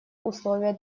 условия